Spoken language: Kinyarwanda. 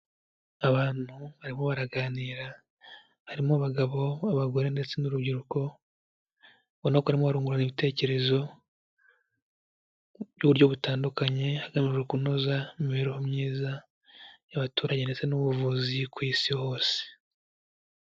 Abantu barimo baraganira, harimo abagabo, abagore ndetse n'urubyiruko, ubona ko barimo barungurana ibitekerezo by'uburyo butandukanye, hagamijwe kunoza imibereho myiza y'abaturage ndetse n'ubuvuzi ku isi hose.